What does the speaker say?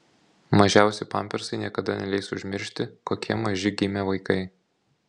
mažiausi pampersai niekada neleis užmiršti kokie maži gimė vaikai